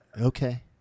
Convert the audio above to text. Okay